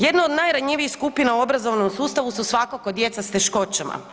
Jedna od najranjivijih skupina u obrazovnom sustavu su svakako djeca s teškoćama.